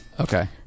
Okay